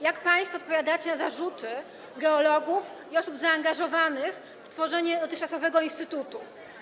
Jak państwo odpowiadacie na zarzuty geologów i osób zaangażowanych w tworzenie dotychczasowego instytutu?